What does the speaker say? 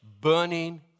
burning